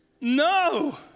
No